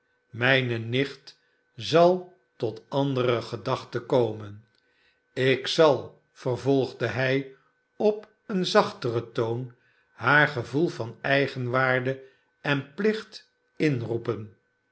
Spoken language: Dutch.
mijne nicht zal tot andere gedachten komen ik zal vervolgde hij op een zachteren toon shaar gevoel van eigenwaarde en phcht mroepen